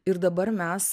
ir dabar mes